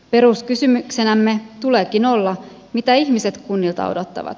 peruskysymyksenämme tuleekin olla mitä ihmiset kunnilta odottavat